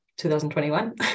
2021